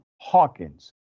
Hawkins